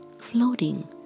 floating